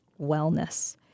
wellness